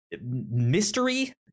mystery